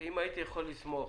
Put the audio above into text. אם הייתי יכול לסמוך,